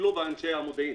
טיפלו באנשי המודיעין,